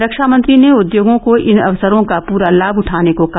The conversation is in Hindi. रक्षामंत्री ने उद्योगों को इन अवसरों का पूरा लाभ उठाने को कहा